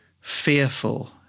fearful